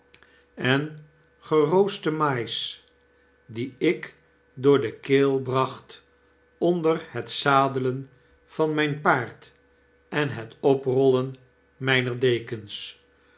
en gerooste mais die w door de keel bracht onder het zadelen van myn paard en het oprollen myner dekens